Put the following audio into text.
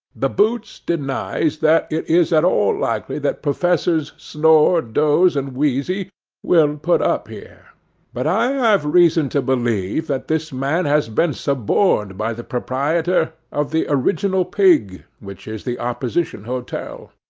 the boots denies that it is at all likely that professors snore, doze, and wheezy will put up here but i have reason to believe that this man has been suborned by the proprietor of the original pig, which is the opposition hotel.